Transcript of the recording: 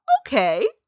Okay